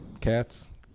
Cats